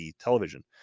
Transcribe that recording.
television